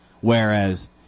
whereas